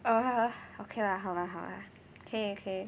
oh okay lah 好 lah 好 lah 可以可以